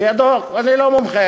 לפי הדוח, אני לא מומחה,